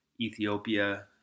Ethiopia